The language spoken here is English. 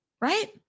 Right